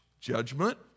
Judgment